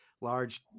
large